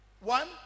One